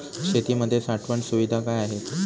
शेतीमध्ये साठवण सुविधा काय आहेत?